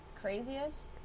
Craziest